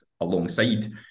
alongside